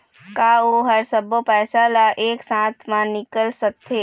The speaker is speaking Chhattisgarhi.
का ओ हर सब्बो पैसा ला एक साथ म निकल सकथे?